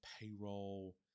payroll